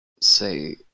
say